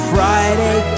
Friday